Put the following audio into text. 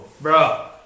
bro